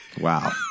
Wow